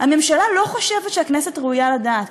הממשלה לא חושבת שהכנסת ראויה לדעת,